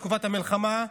תקופת המלחמה,